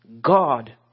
God